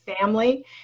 family